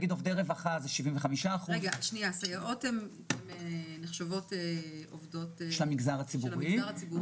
עובדי רווחה זה 75% --- סייעות נחשבות עובדות של המגזר הציבורי?